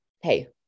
Hey